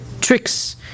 tricks